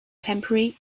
temporary